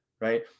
right